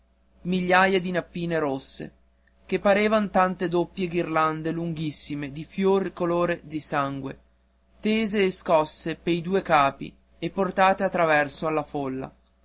migliaia di nappine rosse che parevan tante doppie ghirlande lunghissime di fiori color di sangue tese e scosse pei due capi e portate a traverso alla folla